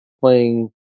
playing